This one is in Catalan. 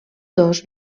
dos